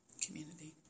Community